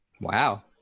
wow